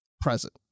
present